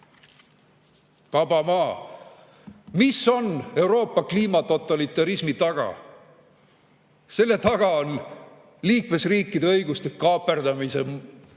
vaba maa! Mis on Euroopa kliimatotalitarismi taga? Selle taga on liikmesriikide õiguste kaaperdamise meetod,